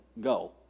go